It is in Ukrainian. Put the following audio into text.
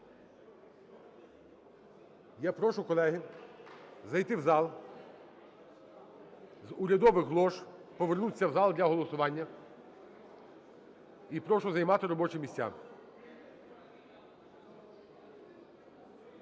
Я прошу, колеги, зайти в зал з урядових лож, повернутися в залі для голосування і прошу займати робочі місця.